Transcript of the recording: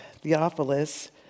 Theophilus